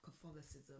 catholicism